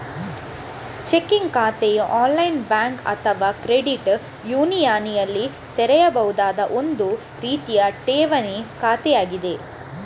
checking ಖಾತೆಯು online bank ಅಥವಾ credit ಯೂನಿಯನಿನಲ್ಲಿ ತೆರೆಯಬಹುದಾದ ಒಂದು ರೀತಿಯ ಠೇವಣಿ ಖಾತೆಯಾಗಿದೆ